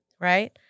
Right